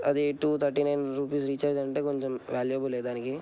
అది two thirty nine rupees recharge అంటే కొంచం వాల్యుబుల్యే దానికి